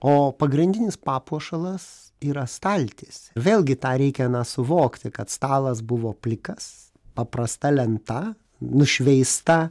o pagrindinis papuošalas yra staltiesė vėlgi tą reikia suvokti kad stalas buvo plikas paprasta lenta nušveista